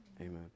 amen